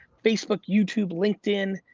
facebook, youtube, linkedin.